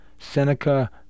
Seneca